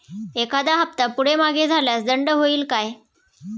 एखादा हफ्ता पुढे मागे झाल्यास दंड होईल काय?